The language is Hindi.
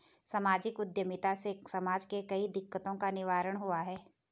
सामाजिक उद्यमिता से समाज के कई दिकक्तों का निवारण हुआ है